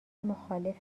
مخالف